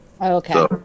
okay